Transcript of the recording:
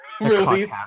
release